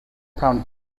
prominent